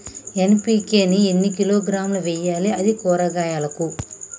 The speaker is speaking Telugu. ఎన్.పి.కే ని ఎన్ని కిలోగ్రాములు వెయ్యాలి? అది కూరగాయలకు?